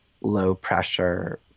low-pressure